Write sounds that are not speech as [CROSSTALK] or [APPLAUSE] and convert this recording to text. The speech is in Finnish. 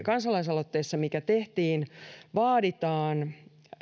[UNINTELLIGIBLE] kansalaisaloitteessa mikä tehtiin vaaditaan